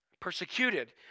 persecuted